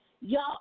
Y'all